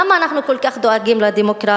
למה אנחנו כל כך דואגים לדמוקרטיה?